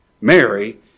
Mary